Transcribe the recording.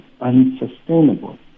unsustainable